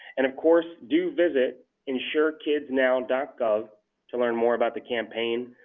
and of course, do visit insurekidsnow and gov to learn more about the campaign,